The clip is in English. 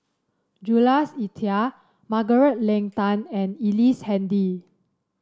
Jules Itier Margaret Leng Tan and Ellice Handy